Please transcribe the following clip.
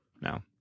no